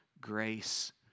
grace